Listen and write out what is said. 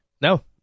No